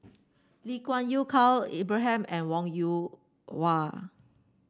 Lee Kuan Yew Khalil Ibrahim and Wong Yoon Wah